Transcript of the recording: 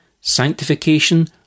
sanctification